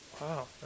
wow